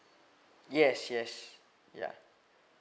yes yes ya